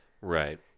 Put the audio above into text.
Right